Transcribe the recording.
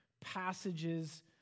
passages